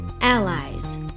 Allies